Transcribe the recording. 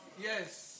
Yes